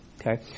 Okay